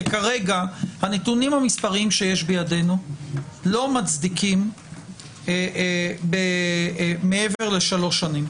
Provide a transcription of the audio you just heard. כי כרגע הנתונים המספריים שיש בידינו לא מצדיקים מעבר לשלוש שנים.